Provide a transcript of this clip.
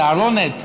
סערונת,